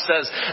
says